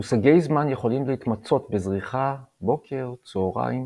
מושגי זמן יכולים להתמצות בזריחה, בוקר, צהריים,